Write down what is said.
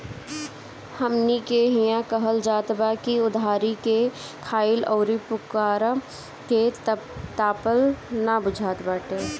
हमनी के इहां कहल जात बा की उधारी के खाईल अउरी पुअरा के तापल ना बुझात बाटे